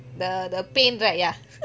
the the pain right ya